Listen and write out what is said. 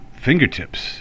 fingertips